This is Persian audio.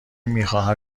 میخواهم